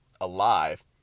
alive